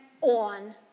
on